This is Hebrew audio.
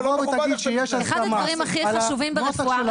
אחד הדברים הכי חשובים ברפואה,